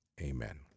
Amen